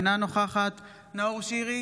אינה נוכחת נאור שירי,